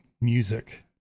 music